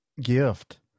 gift